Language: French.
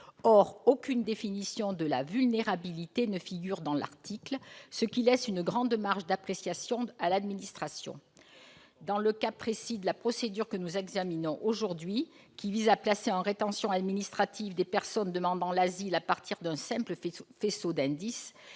Or aucune définition de la vulnérabilité ne figure dans l'article, ce qui laisse une grande marge d'appréciation à l'administration. Dans le cas précis de la procédure que nous examinons aujourd'hui, laquelle vise à placer en rétention administrative des personnes demandant l'asile à partir d'un simple faisceau d'indices,